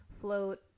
float